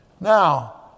Now